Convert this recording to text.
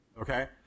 Okay